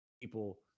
people